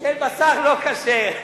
של בשר לא כשר,